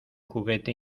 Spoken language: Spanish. juguete